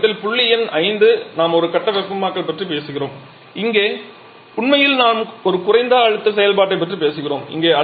இந்த பக்கத்தில் புள்ளி எண் 5 நாம் ஒரு கட்ட வெப்பமாக்கல் பற்றி பேசுகிறோம் இங்கே உண்மையில் நாம் ஒரு குறைந்த அழுத்த செயல்பாட்டைப் பற்றி பேசுகிறோம்